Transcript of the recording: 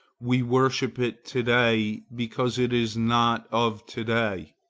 we worship it to-day because it is not of to-day.